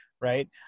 right